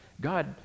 God